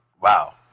Wow